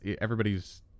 Everybody's